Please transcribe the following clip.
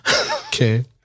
Okay